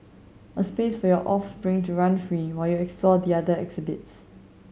a space for your offspring to run free while you explore the other exhibits